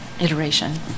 iteration